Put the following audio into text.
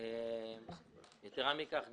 יתרה מכך,